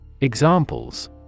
Examples